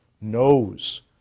knows